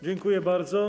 Dziękuję bardzo.